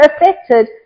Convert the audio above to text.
affected